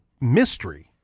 mystery